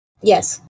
Yes